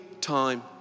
time